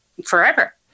forever